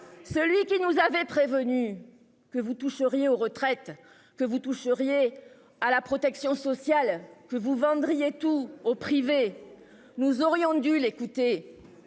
celui qui nous avait prévenus que vous toucherez aux retraites que vous touche riez à la protection sociale que vous vendriez tout au privé. Nous aurions dû l'écouter.